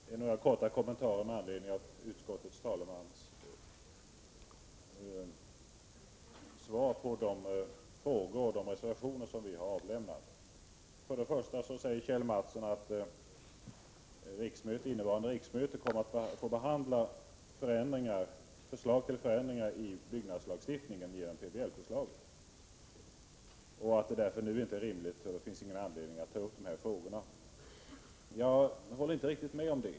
Herr talman! Jag vill göra några korta kommentarer med anledning av vad utskottets talesman sade med anledning av de frågor vi ställt och de reservationer som vi har avlämnat. Kjell Mattsson säger att vi under innevarande riksmöte kommer att få behandla förslag till förändringar i byggnadslagstiftningen enligt PBL förslaget och att det därför inte nu finns någon anledning att ta upp dessa frågor. Jag håller inte riktigt med om det.